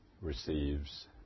receives